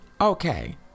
Okay